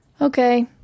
Okay